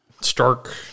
stark